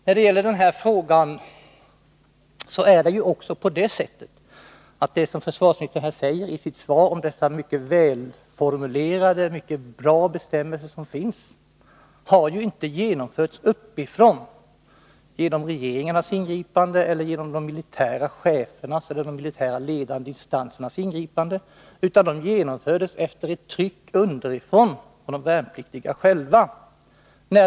När det gäller den här frågan är det också på det sättet — som .försvarsministern säger i sitt svar — att dessa mycket välformulerade bestämmelser inte har införts uppifrån, genom ingripande av regeringar eller militära ledande instanser och chefer, utan det har genomförts efter ett tryck underifrån, från de värnpliktiga själva.